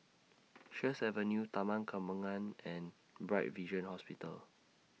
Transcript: Sheares Avenue Taman Kembangan and Bright Vision Hospital